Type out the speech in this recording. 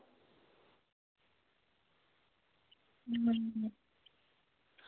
अं